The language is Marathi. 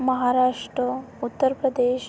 महाराष्ट्र उत्तर प्रदेश